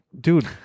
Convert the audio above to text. Dude